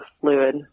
fluid